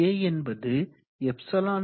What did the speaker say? A என்பது εd3